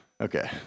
okay